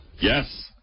yes